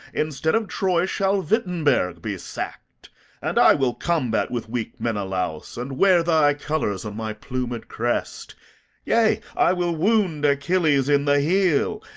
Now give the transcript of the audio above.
instead of troy, shall wittenberg be sack'd and i will combat with weak menelaus, and wear thy colours on my plumed crest yea, i will wound achilles in the heel,